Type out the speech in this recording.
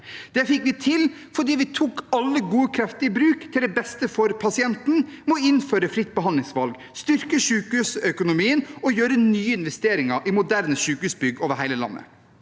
Det fikk vi til fordi vi tok alle gode krefter i bruk til beste for pasienten ved å innføre fritt behandlingsvalg, styrke sykehusøkonomien og gjøre nye investeringer i moderne sykehusbygg over hele landet.